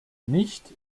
nicht